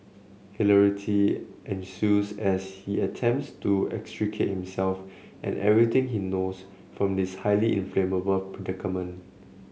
hilarity ensues as he attempts to extricate himself and everything he knows from this highly inflammable predicament